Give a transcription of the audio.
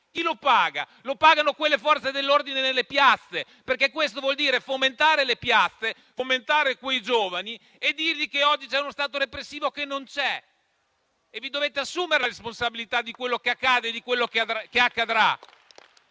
Chi lo paga? Lo pagano quelle Forze dell'ordine nelle piazze, perché questo vuol dire fomentare le piazze, fomentare quei giovani e dire loro che oggi c'è uno Stato repressivo che invece non c'è. E vi dovete assumere la responsabilità di quello che accade e di quello che accadrà.